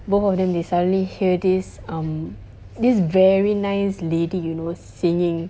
both of them they suddenly hear this um this very nice lady was singing